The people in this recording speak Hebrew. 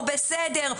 או בסדר,